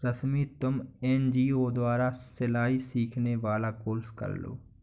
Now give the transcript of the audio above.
रश्मि तुम एन.जी.ओ द्वारा सिलाई सिखाने वाला कोर्स कर लो